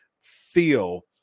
feel